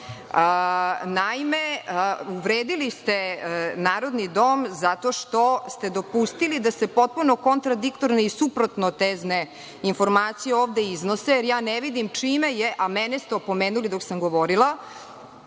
Naime, uvredili ste narodni dom zato što ste dopustili da se potpuno kontradiktorno i suprotno teže informacije ovde iznose i ne znam čime je, a mene ste opomenuli dok sam govorila,